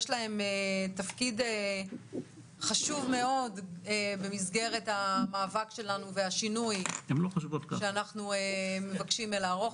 יש להם תפקיד חשוב מאוד במסגרת המאבק שלנו והשינוי שאנחנו מבקשים לערוך,